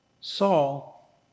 Saul